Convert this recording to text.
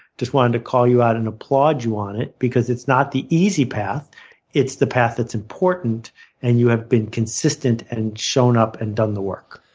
just wanted to call you out and applaud you on it because it's not the easy path it's the path that's important and you have been consistent and shown up and done the work.